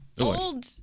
old